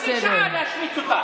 היא נתנה לך חצי שעה להשמיץ אותה.